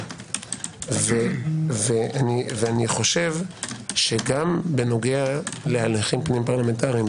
ואני חושב שגם בנוגע להליכים פנים פרלמנטריים,